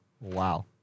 Wow